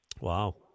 Wow